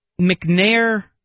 McNair